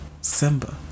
Simba